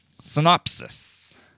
Synopsis